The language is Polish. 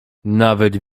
nawet